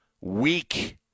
weak